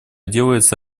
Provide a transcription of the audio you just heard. делается